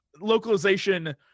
localization